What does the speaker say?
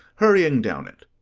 hurrying down it.